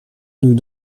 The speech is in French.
nous